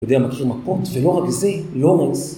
יודע, מכיר מפות, ולא רק זה, לורנס...